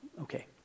okay